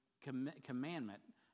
commandment